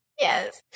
Yes